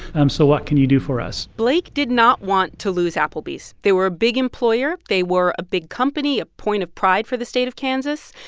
um so what can you do for us? blake did not want to lose applebee's. they were a big employer. they were a big company, a point of pride for the state of kansas.